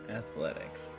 athletics